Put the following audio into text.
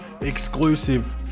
EXCLUSIVE